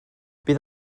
bydd